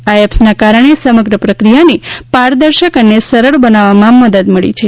આ એપ્સના કારણે સમગ્ર પ્રકિયાને પારદર્શક અને સરળ બનાવવામાં મદદ મળી છે